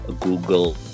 Google